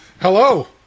Hello